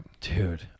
Dude